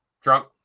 Trump